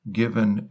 given